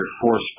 force